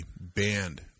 banned